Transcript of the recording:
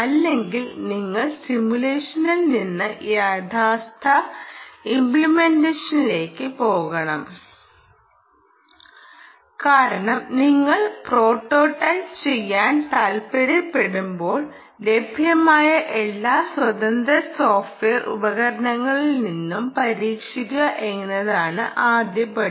അല്ലെങ്കിൽ നിങ്ങൾ സിമുലേഷനിൽ നിന്ന് യഥാർത്ഥ ഇമ്പ്ലിെമൻ്റ്റേഷനിലേക്ക് പോകണം കാരണം നിങ്ങൾ പ്രോട്ടോടൈപ്പ് ചെയ്യാൻ താൽപ്പര്യപ്പെടുമ്പോൾ ലഭ്യമായ എല്ലാ സ്വതന്ത്ര സോഫ്റ്റ്വെയർ ഉപകരണങ്ങളിൽ നിന്നും പരീക്ഷിക്കുക എന്നതാണ് ആദ്യപടി